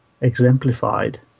exemplified